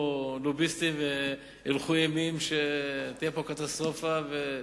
לוביסטים והילכו אימים שתהיה פה קטסטרופה.